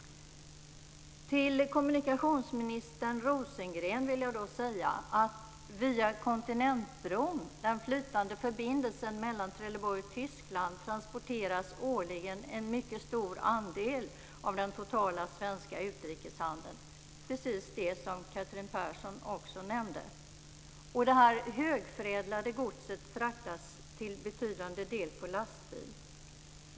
Till kommunikationsminister Rosengren vill jag säga att via Kontinentbron - den flytande förbindelsen mellan Trelleborg och Tyskland - transporteras årligen en mycket stor andel av den totala svenska utrikeshandeln, precis som Catherine Persson också sade. Detta högförädlade gods fraktas till en betydande del på lastbil.